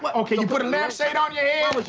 but okay, you put a lampshade on your